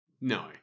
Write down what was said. No